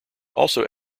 also